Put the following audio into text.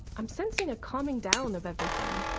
i'm sensing a calming down of everything.